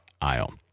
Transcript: aisle